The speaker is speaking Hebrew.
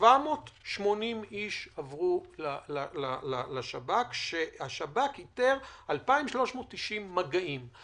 780 איש עברו לשב"כ, כשהשב"כ איתר 2,390 מגעים.